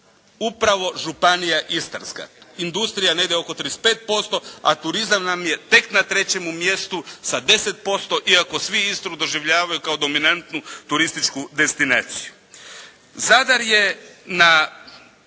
upravo Županija Istarska, industrija negdje oko 35% a turizam nam je tek na trećem mjestu sa 10% iako svi Istru doživljavaju kao dominantnu turističku destinaciju. Zadar je na